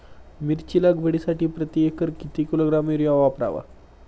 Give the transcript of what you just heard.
मिरची लागवडीसाठी प्रति एकर किती किलोग्रॅम युरिया वापरावा?